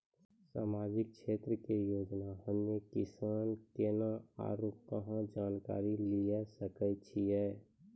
समाजिक क्षेत्र के योजना हम्मे किसान केना आरू कहाँ जानकारी लिये सकय छियै?